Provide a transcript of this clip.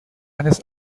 eines